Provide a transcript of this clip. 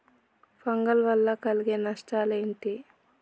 Fungal వల్ల కలిగే నష్టలేంటి?